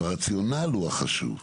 והרציונל הוא החשוב.